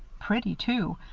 pretty, too,